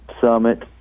Summit